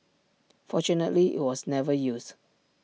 fortunately IT was never used